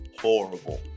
horrible